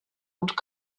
und